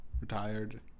retired